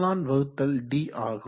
ε வகுத்தல் d ஆகும்